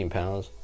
pounds